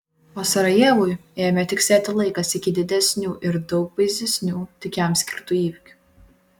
o sarajevui ėmė tiksėti laikas iki didesnių ir daug baisesnių tik jam skirtų įvykių